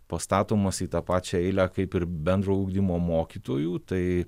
pastatomas į tą pačią eilę kaip ir bendrojo ugdymo mokytojų tai